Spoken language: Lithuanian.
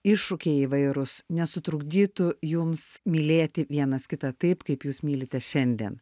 iššūkiai įvairūs nesutrukdytų jums mylėti vienas kitą taip kaip jūs mylite šiandien